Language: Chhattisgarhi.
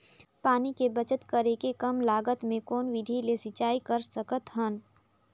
पानी के बचत करेके कम लागत मे कौन विधि ले सिंचाई कर सकत हन?